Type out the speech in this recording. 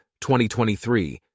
2023